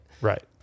Right